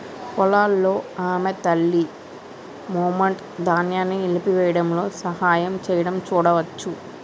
పొలాల్లో ఆమె తల్లి, మెమ్నెట్, ధాన్యాన్ని నలిపివేయడంలో సహాయం చేయడం చూడవచ్చు